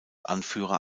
anführer